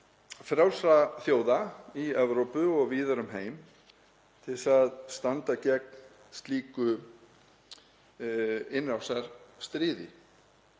frjálsra þjóða í Evrópu og víðar um heim til að standa gegn slíku innrásarstríði.